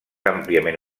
àmpliament